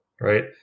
right